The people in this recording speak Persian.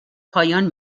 پایان